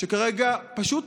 שכרגע פשוט